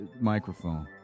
microphone